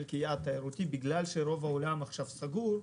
כיעד תיירותי בגלל שרוב העולם סגור עכשיו